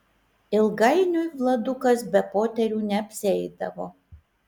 ilgainiui vladukas be poterių neapsieidavo